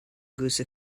goose